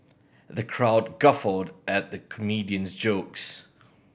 the crowd guffawed at the comedian's jokes